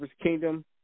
Kingdom